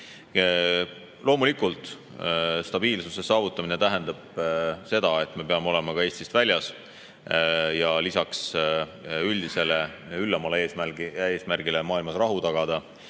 Loomulikult, stabiilsuse saavutamine tähendab seda, et me peame olema ka Eestist väljas. Ja lisaks üldisele üllamale eesmärgile maailmas rahu tagada